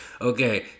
okay